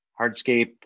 hardscape